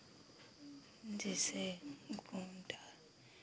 जैसे घूम टहल